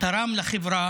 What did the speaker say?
הוא תרם לחברה.